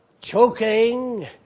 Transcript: choking